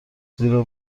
زیرا